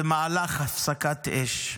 במהלך הפסקת אש,